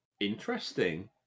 Interesting